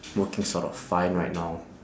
working sort of fine right now